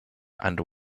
and